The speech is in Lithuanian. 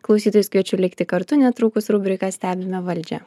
klausytojus kviečiu likti kartu netrukus rubrika stebime valdžią